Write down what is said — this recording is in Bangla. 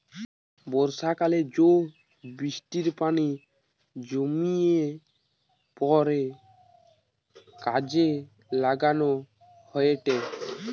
বর্ষাকালে জো বৃষ্টির পানি জমিয়ে পরে কাজে লাগানো হয়েটে